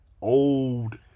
old